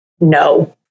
no